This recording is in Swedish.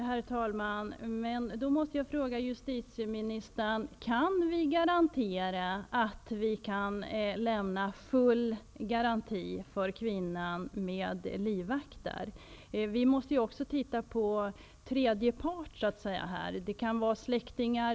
Herr talman! Då måste jag fråga justitieministern om vi kan lämna full garanti för kvinnan med livvaktsskydd. Vi måste också se till tredje part. Det kan vara barn eller andra släktingar.